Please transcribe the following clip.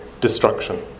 destruction